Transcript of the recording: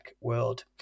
world